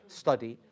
study